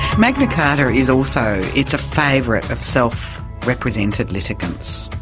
magna carta is also, it's a favourite of self-represented litigants.